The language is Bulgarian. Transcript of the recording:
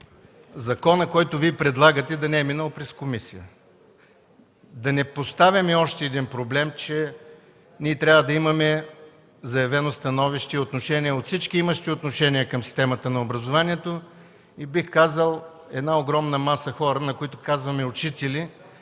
законът, който Вие предлагате, да не е минал през комисията. Да не поставям и още един проблем – че трябва да имаме заявено становище и отношение от всички, имащи отношение към системата на образованието, бих казал, на една огромна маса хора, на които казваме „учители”